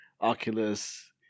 Oculus